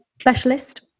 specialist